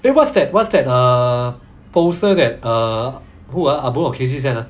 then what's that what's that err poster that err who ah boon or cassie send ah